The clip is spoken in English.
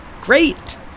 Great